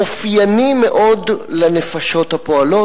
אופייני מאוד לנפשות הפועלות.